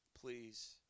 please